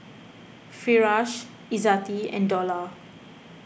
Firash Izzati and Dollah